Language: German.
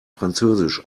französisch